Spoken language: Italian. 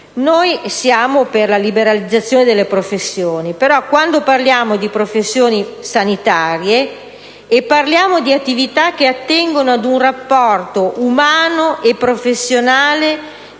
Noi siamo per la liberalizzazione delle professioni: però, quando parliamo di professioni sanitarie, parliamo di attività che attengono ad un rapporto umano e professionale